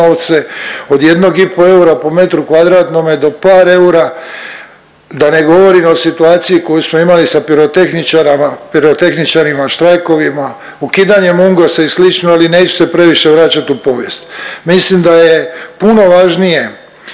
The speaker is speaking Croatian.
novce od 1,5 eura po m2 do par eura, da ne govorim o situaciji koju smo imali sa pirotehničarima, štrajkovima, ukidanjem Mungosa i slično, ali neću se previše vraćat u povijest, mislim da je puno važnije